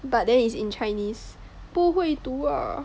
but then it's in Chinese 不会读啊